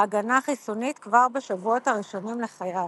הגנה חיסונית כבר בשבועות הראשונים לחייו.